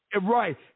Right